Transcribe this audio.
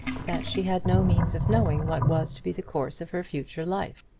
that she had no means of knowing what was to be the course of her future life.